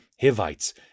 Hivites